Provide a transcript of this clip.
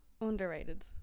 Underrated